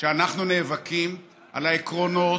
שאנחנו נאבקים על העקרונות,